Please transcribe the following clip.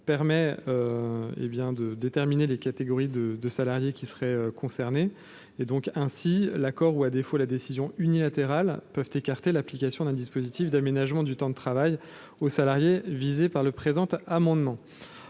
permet de déterminer les catégories de salariés qui seraient concernées. Ainsi, l’accord ou, à défaut, la décision unilatérale peuvent écarter l’application d’un dispositif d’aménagement du temps de travail aux salariés visés par le présent amendement.